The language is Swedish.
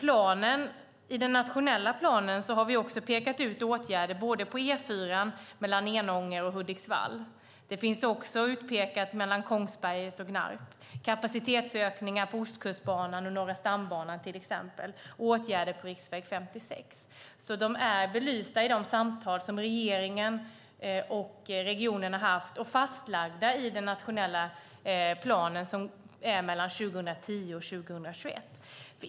I den nationella planen har vi även pekat ut åtgärder på E4:an mellan Enånger och Hudiksvall. Det finns också utpekat åtgärder för sträckan mellan Kongsberget och Gnarp samt kapacitetsökningar på Ostkustbanan och Norra stambanan, till exempel. Det finns även åtgärder på riksväg 56. De är alltså belysta i de samtal regeringen och regionen har haft och fastlagda i den nationella plan som gäller för perioden 2010-2021.